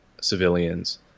civilians